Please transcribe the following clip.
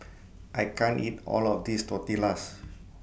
I can't eat All of This Tortillas